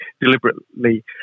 deliberately